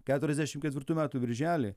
keturiasdešim ketvirtų metų birželį